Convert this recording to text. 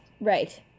Right